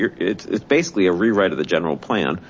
it's basically a rewrite of the general plan,